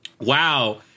wow